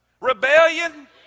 Rebellion